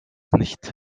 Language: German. nicht